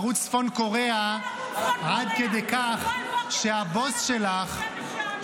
ערוץ צפון קוריאה עד כדי כך ------ ערוץ צפון קוריאה,